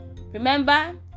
Remember